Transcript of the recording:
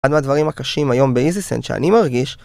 אחד מהדברים הקשים היום באיזיסנט שאני מרגיש